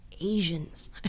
Asians